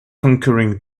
conquering